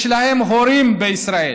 יש להם הורים בישראל,